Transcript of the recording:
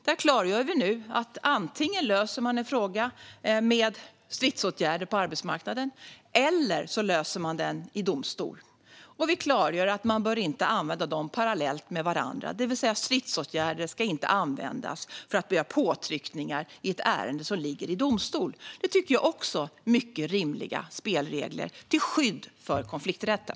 Där klargör vi nu att man antingen löser en fråga med stridsåtgärder på arbetsmarknaden eller löser den i domstolen. Och vi klargör att man inte bör använda dem parallellt med varandra, det vill säga att stridsåtgärder inte ska användas för att göra påtryckningar i ett ärende som ligger i domstol. Det tycker jag också är mycket rimliga spelregler till skydd för konflikträtten.